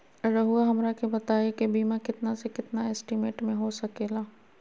रहुआ हमरा के बताइए के बीमा कितना से कितना एस्टीमेट में हो सके ला?